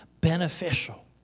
beneficial